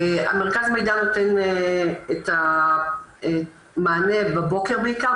מרכז המידע נותן את המענה בבוקר בעיקר,